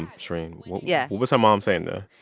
and shereen yeah? what was her mom saying there?